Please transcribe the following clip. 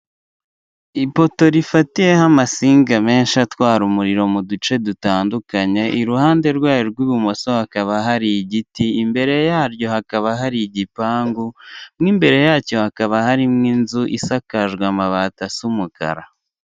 Ipoto rifatiye ho amasinga menshi atwara urumuriro mu duce dutandukanye, iruhande rwayo rw'ibumoso, hakaha bari igiti, imbereye yaryo hakaba hari igipangu, mo imbere yacyo hakaba harimo inzu isakajwe amabati asa umukara.